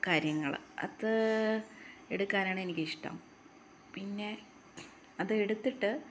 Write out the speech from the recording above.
കാര്യങ്ങൾ അത് എടുക്കാനാണ് എനിക്കിഷ്ടം പിന്നെ അത് എടുത്തിട്ട്